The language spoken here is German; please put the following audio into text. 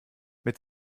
mit